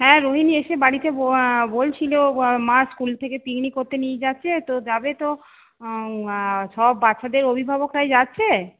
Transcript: হ্যাঁ রোহিণী এসে বাড়িতে বলছিল মা স্কুল থেকে পিকনিক করতে নিয়ে যাচ্ছে তো যাবে তো সব বাচ্চাদের অভিভাবকরাই যাচ্ছে